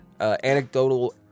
anecdotal